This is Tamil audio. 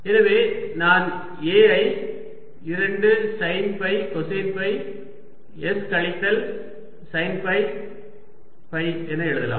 எனவே நான் A ஐ 2 sine phi cosine phi s கழித்தல் சைன் ஃபை ஃபை என எழுதலாம்